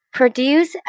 produce